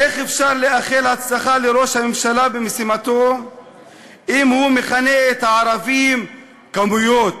איך אפשר לאחל הצלחה לראש הממשלה במשימתו אם הוא מכנה את הערבים "כמויות